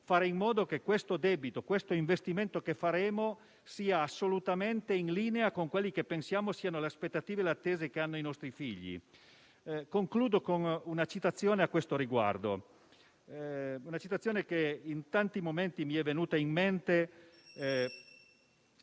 fare in modo che questo debito, questo investimento che faremo sia assolutamente in linea con quelli che pensiamo siano le aspettative e le attese dei nostri figli. Concludo con una citazione che in tanti momenti mi è venuta in mente,